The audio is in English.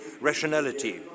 rationality